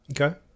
Okay